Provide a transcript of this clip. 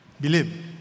Believe